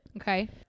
Okay